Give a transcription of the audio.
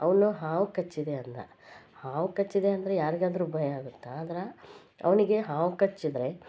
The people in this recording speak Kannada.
ಅವನು ಹಾವು ಕಚ್ಚಿದೆ ಅಂದ ಹಾವು ಕಚ್ಚಿದೆ ಅಂದರೆ ಯಾರಿಗಾದ್ರೂ ಭಯ ಆಗುತ್ತೆ ಆದ್ರೆ ಅವನಿಗೆ ಹಾವು ಕಚ್ಚಿದರೆ